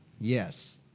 Yes